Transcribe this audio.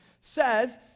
says